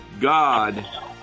God